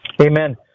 Amen